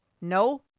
No